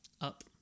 Up